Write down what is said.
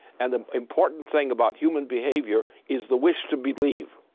and the important thing about human behavior is the wish to believe.